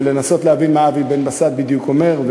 ולנסות להבין מה אבי בן-בסט בדיוק אומר.